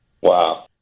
Wow